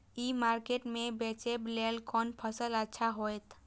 ई market में बेचेक लेल कोन फसल अच्छा होयत?